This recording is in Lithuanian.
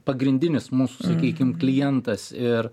pagrindinis mūsų sakykim klientas ir